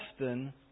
often